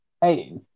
Hey